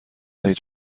دهید